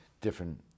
different